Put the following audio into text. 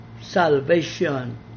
salvation